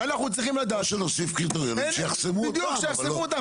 אנחנו צריכים לדעת --- או שנוסיף קריטריונים שיחסמו אותם,